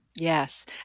Yes